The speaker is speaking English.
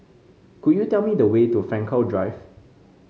could you tell me the way to Frankel Drive